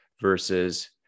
versus